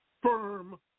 firm